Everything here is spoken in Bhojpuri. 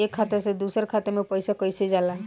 एक खाता से दूसर खाता मे पैसा कईसे जाला?